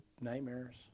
nightmares